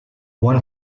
one